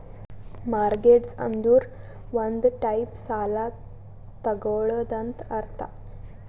mortgage ಅಂದುರ್ ಒಂದ್ type ಸಾಲ ತಗೊಳದಂತ್ ಅರ್ಥ